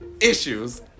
Issues